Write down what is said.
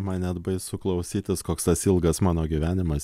man net baisu klausytis koks tas ilgas mano gyvenimas